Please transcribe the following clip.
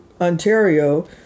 Ontario